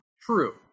true